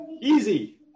Easy